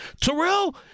Terrell